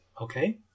Okay